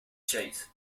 chase